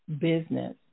business